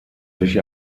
sich